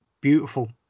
beautiful